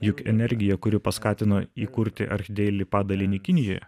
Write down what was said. juk energija kuri paskatino įkurti archdeili padalinį kinijoje